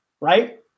right